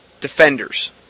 defenders